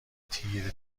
تیره